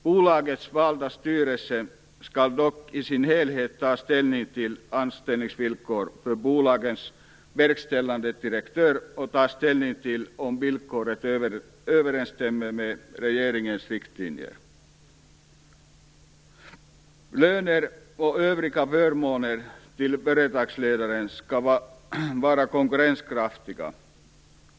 Bolagets valda styrelse skall dock i sin helhet ta ställning till anställningsvillkoren för bolagets verkställande direktör och om villkoren överensstämmer med regeringens riktlinjer. Löner och övriga förmåner till förtagsledare skall vara konkurrenskraftiga.